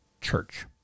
church